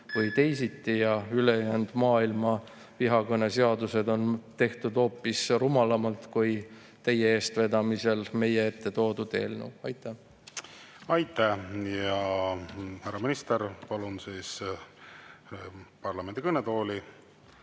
või teisiti, ja ülejäänud maailma vihakõneseadused on tehtud hoopis rumalamalt, kui teie eestvedamisel meie ette toodud eelnõu. Aitäh! Aitäh! Härra minister, palun teid parlamendi kõnetooli